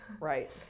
Right